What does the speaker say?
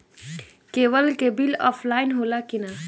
Cable के bill offline होला कि ना?